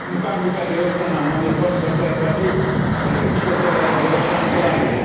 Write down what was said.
ಮೂಕಾಂಬಿಕಾ ದೇವಸ್ಥಾನ ಒಂದು ಸ ದೊಡ್ಡ ಪ್ರತಿ ಪ್ರತಿಕ್ಷಕ ದೇವಸ್ಥಾನ ಕೂಡ ಆಗಿದೆ